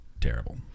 terrible